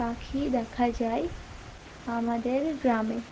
পাখি দেখা যায় আমাদের গ্রামে